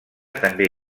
també